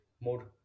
more